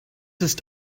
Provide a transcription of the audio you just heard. ist